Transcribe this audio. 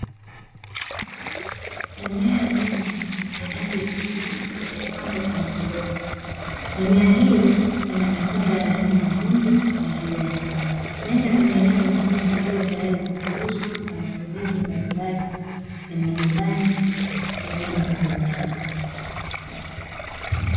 Mimea ya nyanya yenye rangi ya kijani iliyopandwa kwenye viroba, mimea hiyo ina matunda ya rangi nyekundu na kijani, nyanya zenye rangi nyekundu huwa tayari kwa kuuzwa na matumizi mbalimbali ya majumbani pamoja na viwandani.